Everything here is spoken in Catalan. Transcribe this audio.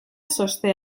sosté